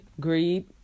greed